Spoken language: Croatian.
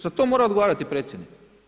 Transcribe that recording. Za to mora odgovarati predsjednik.